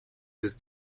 this